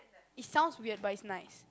it sounds weird but it's nice